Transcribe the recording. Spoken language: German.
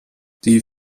die